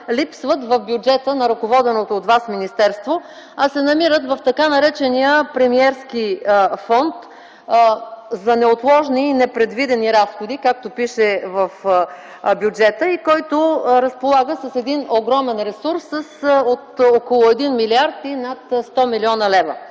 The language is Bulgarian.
липсват в бюджета на ръководеното от Вас министерство, а се намират в така наречения Премиерски фонд за неотложни и непредвидени разходи, както пише в бюджета, който разполага с един огромен ресурс от около 1 милиард и над 100 милиона лева.